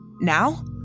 Now